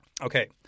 Okay